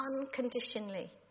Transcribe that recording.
unconditionally